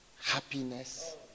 happiness